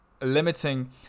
limiting